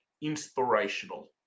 inspirational